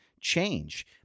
change